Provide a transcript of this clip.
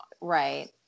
Right